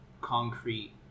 concrete